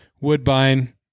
Woodbine